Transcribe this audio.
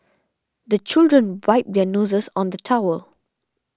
the children wipe their noses on the towel